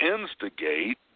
instigate